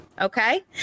Okay